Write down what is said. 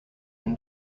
and